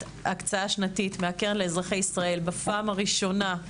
שנתית מהקרן לאזרחי ישראל בפעם הראשונה.